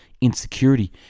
insecurity